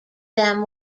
them